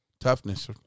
Toughness